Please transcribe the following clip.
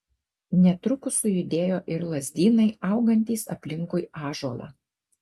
netrukus sujudėjo ir lazdynai augantys aplinkui ąžuolą